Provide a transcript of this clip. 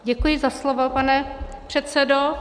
Děkuji za slovo, pane předsedo.